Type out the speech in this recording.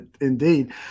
Indeed